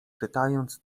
czytając